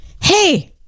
hey